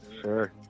Sure